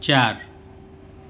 ચાર